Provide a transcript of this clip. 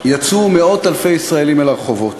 יצאו מאות-אלפי ישראלים אל הרחובות.